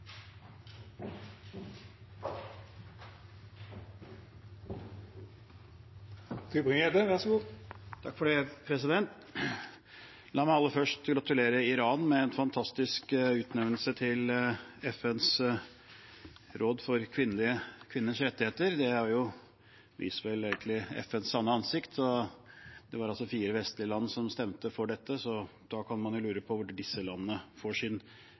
kvinners rettigheter. Det viser vel egentlig FNs sanne ansikt. Det var altså fire vestlige land som stemte for dette, så da kan man jo lure på hvor disse landene får sin